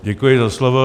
Děkuji za slovo.